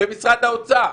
במשרד האוצר.